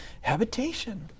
habitation